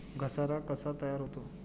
घसारा कसा तयार होतो?